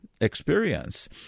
experience